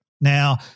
Now